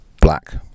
black